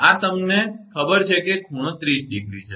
આ તમને ખબર છે કે આ ખૂણો 30° છે